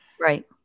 right